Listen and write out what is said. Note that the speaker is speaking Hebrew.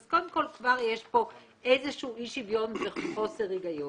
אז קודם כול כבר יש פה איזשהו אי שוויון וחוסר היגיון.